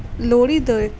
ਲੋਹੜੀ ਦੇ